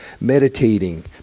meditating